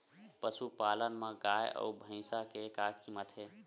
पशुपालन मा गाय अउ भंइसा के का कीमत हे?